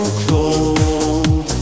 cold